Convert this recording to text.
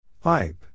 Pipe